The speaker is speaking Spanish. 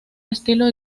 estilo